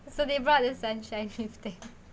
so they brought this sunshine with them